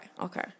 okay